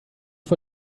for